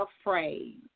afraid